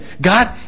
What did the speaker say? God